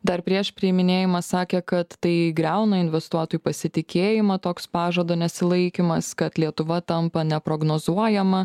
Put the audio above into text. dar prieš priiminėjimą sakė kad tai griauna investuotojų pasitikėjimą toks pažado nesilaikymas kad lietuva tampa neprognozuojama